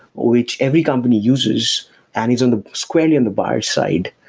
which every company uses and it's on the squarely on the buyer's side.